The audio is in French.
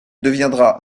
deviendra